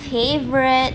favourite